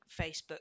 Facebook